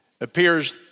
appears